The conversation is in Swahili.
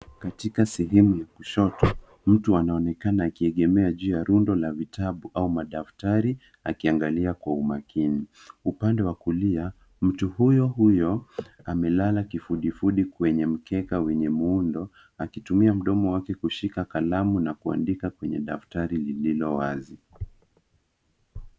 Katika sehemu ya kushoto mtu anaonekana akiegemea juu ya rundo la vitabu au madftari akiangalia kwa umakini. Upande wa kulia mtu huyo huyo amelala kifudifudi kwenye mkeka wenye muundo akitumia mdomo wake kushika kalamu na kuandika kwenye daftari lililo wazi.